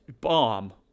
bomb